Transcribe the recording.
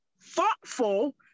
thoughtful